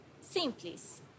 Simples